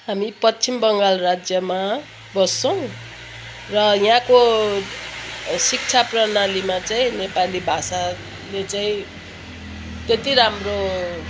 हामी पश्चिम बङ्गाल राज्यमा बस्छौँ र यहाँको शिक्षा प्रणालीमा चाहिँ नेपाली भाषाले चाहिँ त्यति राम्रो